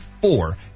four